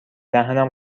دهنم